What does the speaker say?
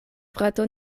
frato